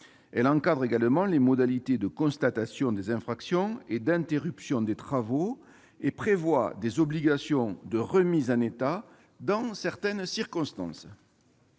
Elle encadre également les modalités de constatation des infractions et d'interruption des travaux et prévoit des obligations de remise en état dans certaines circonstances.